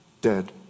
dead